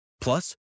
Plus